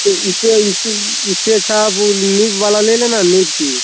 तो इससे इस इससे अच्छा आप वह नीव वाला ले लेना नीव की